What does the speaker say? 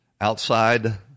outside